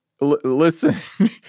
Listen